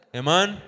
Amen